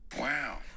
Wow